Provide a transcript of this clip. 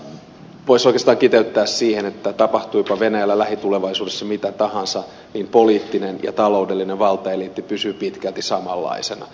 voisi oikeastaan kiteyttää siihen että tapahtuipa venäjällä lähitulevaisuudessa mitä tahansa niin poliittinen ja taloudellinen valtaeliitti pysyy pitkälti samanlaisena